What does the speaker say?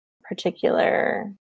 particular